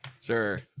Sure